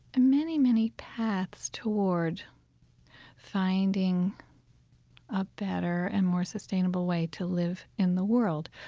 many, many paths toward finding a better and more sustainable way to live in the world.